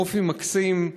עם אופי מקסים,